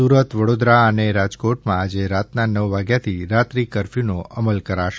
સુરત વડોદરા અને રાજકોટમાં આજે રાતના નવ વાગ્યાથી રાત્રિ કરફ્યૂનો અમલ કરાશે